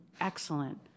excellent